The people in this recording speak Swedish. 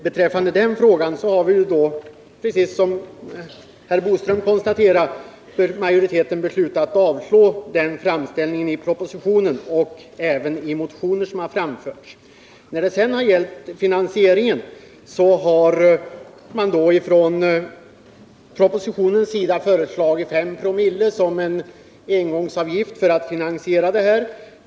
Beträffande den frågan har majoriteten, precis som herr Boström konstaterade, beslutat att avstyrka framställningen i propositionen och även vissa motioner. När det sedan gällt finansieringen har propositionen föreslagit 5 ?/oo som en engångsavgift för att finansiera det hela.